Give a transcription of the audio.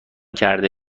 کرده